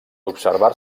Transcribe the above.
observar